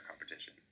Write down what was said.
competition